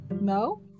No